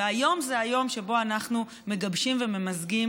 והיום זה היום שבו אנחנו מגבשים וממזגים